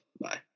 Bye